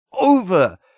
over